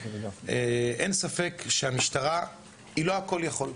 אין ספק שהמשטרה היא לא כל יכול,